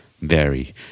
Vary